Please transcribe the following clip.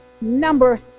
number